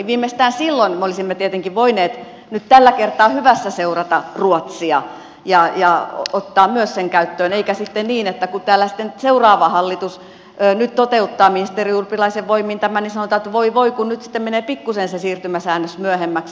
viimeistään silloin me olisimme tietenkin voineet nyt tällä kertaa hyvässä seurata ruotsia ja ottaa myös sen käyttöön eikä sitten niin että kun täällä seuraava hallitus nyt toteuttaa ministeri urpilaisen voimin tämän niin sanotaan että voi voi kun nyt sitten menee pikkusen se siirtymäsäännös myöhemmäksi